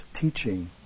teaching